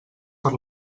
per